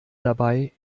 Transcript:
dabei